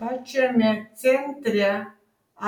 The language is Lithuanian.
pačiame centre